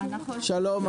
שלום.